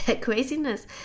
craziness